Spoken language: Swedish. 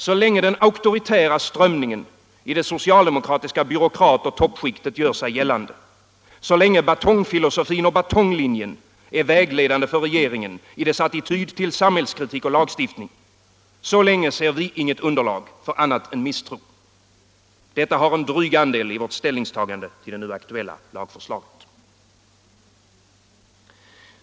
Så länge den auktoritära strömningen i det socialdemokratiska byråkratoch toppskiktet gör sig gällande, så länge batongfilosofin och batonglinjen är vägledande för regeringen i dess attityd till samhällskritik och lagstiftning — så länge ser vi inget underlag för annat än misstro. Detta har en dryg andel i vårt ställningstagande till det nu aktuella lagförslaget.